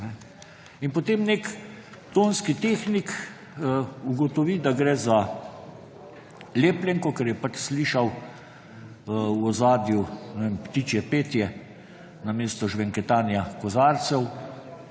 In potem nek tonski tehnik ugotovi, da gre za lepljenko, ker je slišal v ozadju ptičje petje, namesto žvenketanja kozarcev,